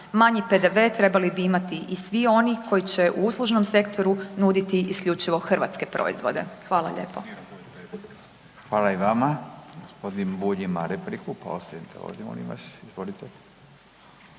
Manji PDV trebali bi imati i svi oni koji će u uslužnom sektoru nuditi isključivo hrvatske proizvode. Hvala lijepo. **Radin,